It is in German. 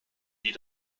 die